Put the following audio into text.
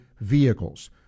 vehicles